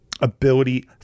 ability